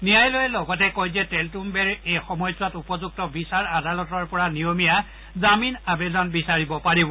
ন্যায়ালয়ে লগতে কয় যে শ্ৰীটেলট্ষডেই এই সময়ছোৱাত উপযুক্ত বিচাৰ আদালতৰ পৰা নিয়মীয়া জামিন আৱেদন বিচাৰিব পাৰিব